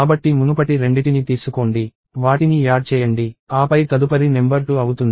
కాబట్టి మునుపటి రెండిటిని తీసుకోండి వాటిని యాడ్ చేయండి ఆపై తదుపరి నెంబర్ 2 అవుతుంది